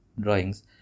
drawings